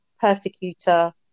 persecutor